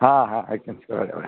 হাঁ হাঁ এক্সচেঞ্জ করা যাবে